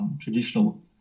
traditional